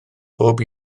pob